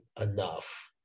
enough